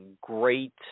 Great